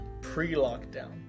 pre-lockdown